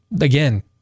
again